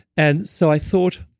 and so i thought